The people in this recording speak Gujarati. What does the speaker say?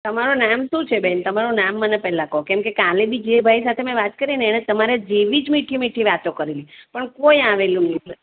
તમારું નામ શું છે બેન તમારું નામ મને પહેલાં કહો કેમકે કાલે બી જે ભાઈ સાથે મેં વાત કરીને એણે તમારા જેવી જ મીઠી મીઠી વાતો કરેલી પણ કોઈ આવેલું નહીં